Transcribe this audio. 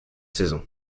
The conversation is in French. saison